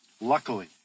Luckily